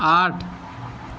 آٹھ